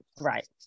Right